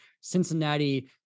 Cincinnati